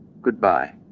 Goodbye